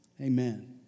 Amen